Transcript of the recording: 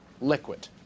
liquid